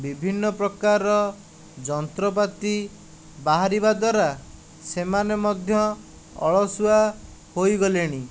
ବିଭିନ୍ନ ପ୍ରକାରର ଯନ୍ତ୍ରପାତି ବାହାରିବା ଦ୍ୱାରା ସେମାନେ ମଧ୍ୟ ଅଳସୁଆ ହୋଇ ଗଲେଣି